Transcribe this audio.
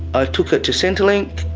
ah took it to centrelink.